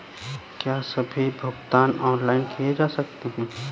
क्या सभी भुगतान ऑनलाइन किए जा सकते हैं?